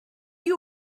you